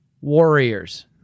warriors